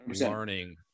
learning